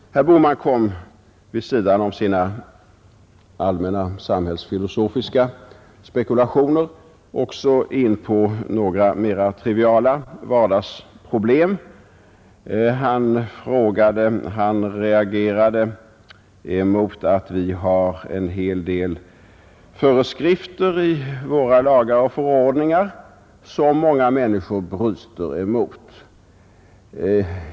Herr Bohman kom vid sidan om sina allmänna samhällsfilosofiska spekulationer också in på några mera triviala vardagsproblem. Han reagerade emot att vi i våra lagar och förordningar har en hel del föreskrifter som många människor bryter emot.